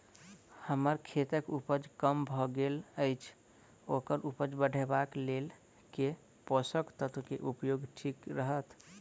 हम्मर खेतक उपज कम भऽ गेल अछि ओकर उपज बढ़ेबाक लेल केँ पोसक तत्व केँ उपयोग ठीक रहत?